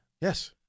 Yes